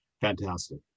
fantastic